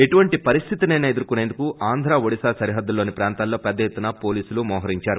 ఎటువంటి పరిస్థితినైనా ఎదుర్కోనేందుకు ఆంధ్రా ఒడిశా సరిహద్దుల్లోని ప్రాంతాల్లో పెద్ద ఎత్తున పోలీసులు మొహరించారు